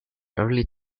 early